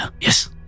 Yes